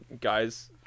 guys